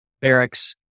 barracks